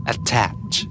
Attach